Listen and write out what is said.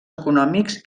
econòmics